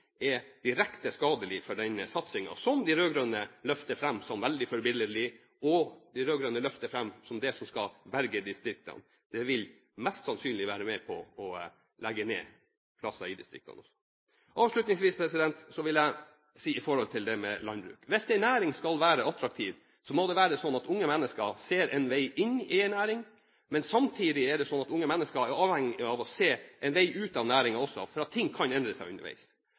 er direkte skadelig for den satsingen som de rød-grønne løfter fram som veldig forbilledlig, og som det som skal berge distriktene. Den vil mest sannsynlig være med på å legge ned arbeidsplasser i distriktene også. Avslutningsvis vil jeg si litt om landbruk. Hvis en næring skal være attraktiv, må det være slik at unge mennesker ser en vei inn i en næring, men samtidig er det slik at unge mennesker er avhengig av å se en vei ut av næringen også, for ting kan endre seg underveis.